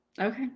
okay